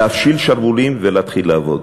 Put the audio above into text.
להפשיל שרוולים ולהתחיל לעבוד.